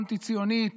אנטי-ציונית,